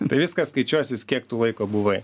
tai viskas skaičiuosis kiek tu laiko buvai